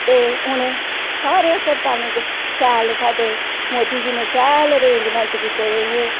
ते उंहे कि सारे हस्पताले च शैल साढ़े मोदी जी ने शैल आरेंजमेंट किते दे हे